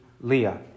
Leah